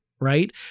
right